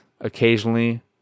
occasionally